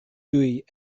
tuj